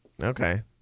Okay